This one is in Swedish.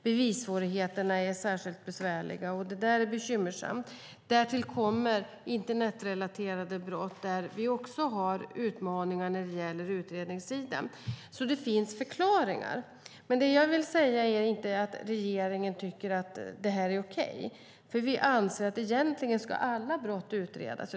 Bevissvårigheterna är särskilt besvärliga, och det är bekymmersamt. Därtill kommer internetrelaterade brott, där vi har utmaningar när det gäller utredningstiden. Det finns alltså förklaringar. Regeringen tycker inte att detta är okej. Vi anser att egentligen ska alla brott utredas.